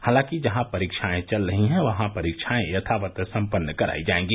हालांकि जहां परीक्षाए चल रही हैं वहां परीक्षाएं यथावत् सम्पन्न करायी जायेंगी